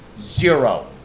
Zero